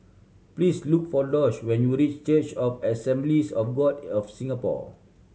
please look for Doss when you reach Church of Assemblies of God of Singapore